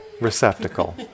receptacle